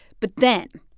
but then,